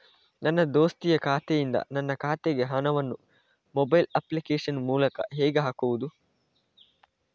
ನನ್ನ ದೋಸ್ತಿಯ ಖಾತೆಯಿಂದ ನನ್ನ ಖಾತೆಗೆ ಹಣವನ್ನು ಮೊಬೈಲ್ ಅಪ್ಲಿಕೇಶನ್ ಮೂಲಕ ಹೇಗೆ ಹಾಕುವುದು?